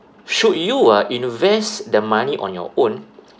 should you ah invest the money on your own